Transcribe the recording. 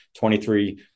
23